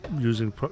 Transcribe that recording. using